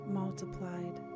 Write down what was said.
multiplied